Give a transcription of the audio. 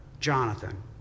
Jonathan